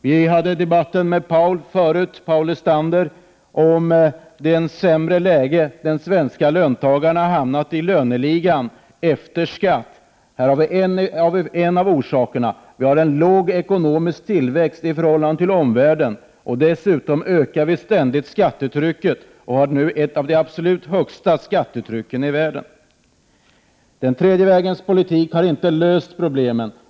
Vi diskuterade tidigare med Paul Lestander om det sämre läge i löneligan efter skatt som de svenska löntagarna hamnat i. En av orsakerna är att vi har en låg ekonomisk tillväxt i förhållande till omvärlden. Dessutom ökas ständigt skattetrycket, och vi har nu ett av de absolut högsta skattetrycken i världen. Den tredje världens politik har inte löst problemen.